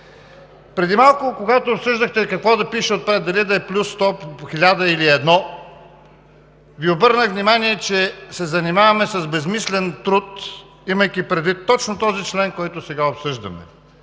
изразяване и когато обсъждахте какво да пише отпред – дали да е плюс сто, хиляда или едно, Ви обърнах внимание, че се занимаваме с безсмислен труд, имайки предвид точно този параграф, който сега обсъждаме